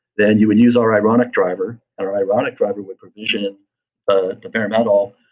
then you would use our ironic driver, and our ironic driver would provision ah the bare metal.